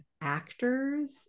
actors